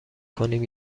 کنیم